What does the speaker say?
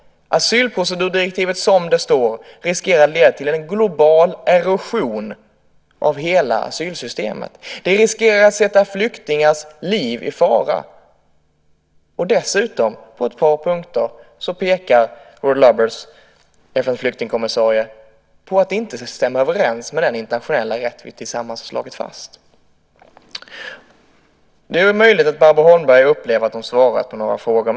Asylprocedurdirektivet som det står riskerar att leda till en global erosion av hela asylsystemet. Det riskerar att sätta flyktingars liv i fara. Dessutom pekar Ruud Lubbers, FN:s flyktingkommissarie, på ett par punkter där det inte stämmer överens med den internationella rätt som vi tillsammans har slagit fast. Det är möjligt att Barbro Holmberg upplever att hon har svarat på några frågor.